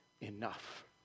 enough